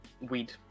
weed